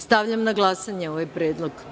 Stavljam na glasanje ovaj predlog.